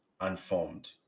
unformed